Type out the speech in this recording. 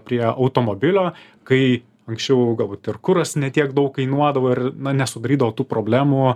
prie automobilio kai anksčiau galbūt ir kuras ne tiek daug kainuodavo ir na nesudarydavo tų problemų